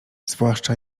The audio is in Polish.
zwłaszcza